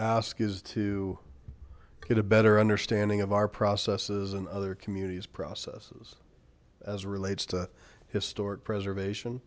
to get a better understanding of our processes and other communities processes as relates to historic preservation